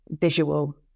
visual